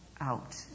out